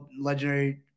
legendary